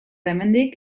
hemendik